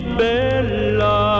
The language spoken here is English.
bella